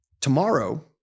Tomorrow